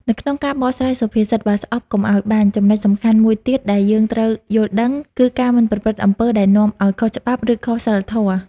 នៅក្នុងការបកស្រាយសុភាសិត "បើស្អប់កុំឲ្យបាញ់" ចំណុចសំខាន់មួយទៀតដែលយើងត្រូវយល់ដឹង គឺការមិនប្រព្រឹត្តអំពើដែលនាំឲ្យខុសច្បាប់ ឬខុសសីលធម៌។